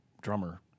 drummer